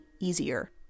Easier